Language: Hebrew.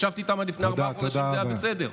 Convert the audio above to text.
ישבתי איתם עד לפני ארבעה חודשים וזה היה בסדר.